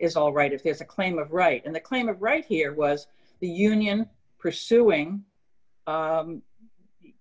is all right if there's a claim of right in the claim of right here was the union pursuing